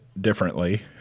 differently